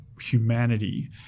humanity